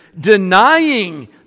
denying